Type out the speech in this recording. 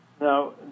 Now